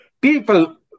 People